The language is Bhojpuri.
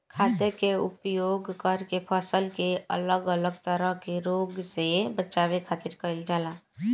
खाद्य के उपयोग करके फसल के अलग अलग तरह के रोग से बचावे खातिर कईल जाला